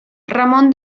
ramón